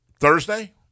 Thursday